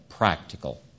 practical